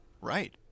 Right